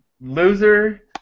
Loser